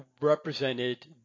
represented